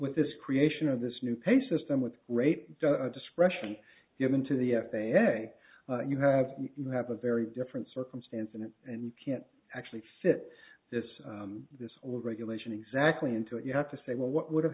with this creation of this new pay system with great discretion given to the f a a you have you have a very different circumstance in it and you can't actually fit this this whole regulation exactly into it you have to say well what would have